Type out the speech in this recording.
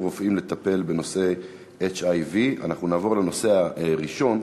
רופאים לטפל בנשאי HIV. אנחנו נעבור לנושא הראשון: